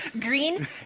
Green